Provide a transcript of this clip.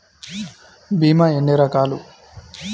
భీమ ఎన్ని రకాలు?